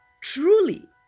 Truly